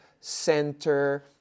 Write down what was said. center